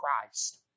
Christ